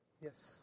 yes